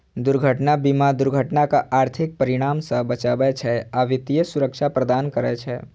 दुर्घटना बीमा दुर्घटनाक आर्थिक परिणाम सं बचबै छै आ वित्तीय सुरक्षा प्रदान करै छै